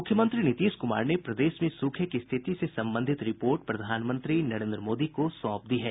मुख्यमंत्री नीतीश कुमार ने प्रदेश में सूखे की स्थिति से संबंधित रिपोर्ट प्रधानमंत्री नरेन्द्र मोदी को सौंप दी है